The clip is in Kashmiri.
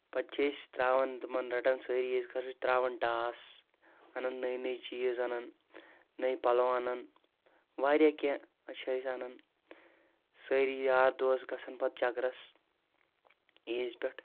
پتہٕ چھِ أسۍ تراوان تِمن رٹان سٲری عیٖز خرٕچ تراوان ٹاس انن نٔوۍ نٔوۍ چیٖز انان نٔوۍ پلو انان واریاہ کینٛہہ أسۍ چھِ أسۍ انان سٲری یار دوس گژھان پتہٕ چکرس عیٖز پٮ۪ٹھ